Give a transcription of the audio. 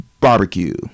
barbecue